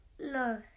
No